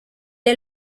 est